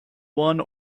one